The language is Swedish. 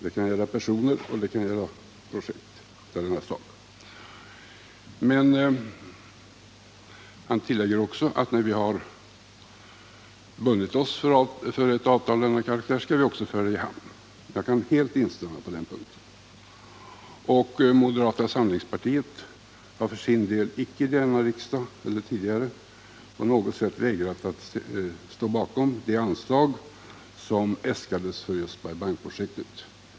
Det kan även gälla personer och det kan gälla projekt av detta slag. Utrikesministern tillägger emellertid att när vi har bundit oss för ett avtal av denna karaktär, skall vi också föra det i hamn. Jag kan helt instämma på den punkten. Moderata samlingspartiet har för sin del varken i denna riksdag eller tidigare på något sätt vägrat att stå bakom det anslag som äskats för just Bai Bang-projektet.